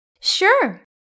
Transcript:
Sure